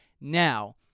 Now